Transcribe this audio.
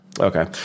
okay